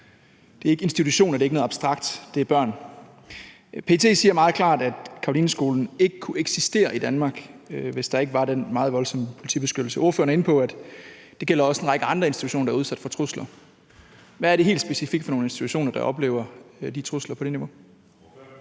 Det er ikke institutioner, det er ikke noget abstrakt, det er børn. Politiet siger meget klart, at Carolineskolen ikke kunne eksistere i Danmark, hvis der ikke var den meget voldsomme politibeskyttelse. Ordføreren er inde på, at det også gælder en række andre institutioner, der er udsat for trusler. Hvad er det helt specifikt for nogle institutioner, der oplever trusler på det niveau?